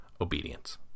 obedience